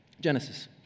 Genesis